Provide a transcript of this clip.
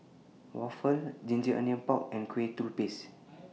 Waffle Ginger Onions Pork and Kueh Lupis